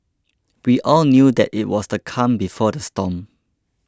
we all knew that it was the calm before the storm